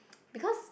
because